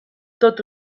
tot